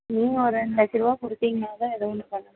நீங்கள் ஒரு ரெண்டு லட்சம் ரூபா கொடுத்தீங்கனா தான் ஏதோ ஒன்று பண்ண முடியும்